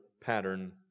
pattern